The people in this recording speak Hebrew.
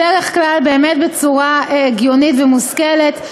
בדרך כלל באמת בצורה הגיונית ומושכלת.